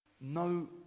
No